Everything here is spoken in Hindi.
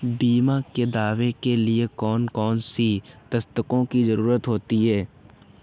बीमा के दावे के लिए कौन कौन सी दस्तावेजों की जरूरत होती है?